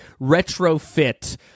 retrofit